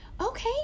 okay